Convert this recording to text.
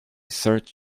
search